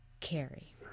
Carrie